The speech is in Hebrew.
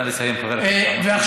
נא לסיים, חבר הכנסת אחמד